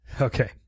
Okay